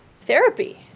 therapy